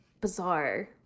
bizarre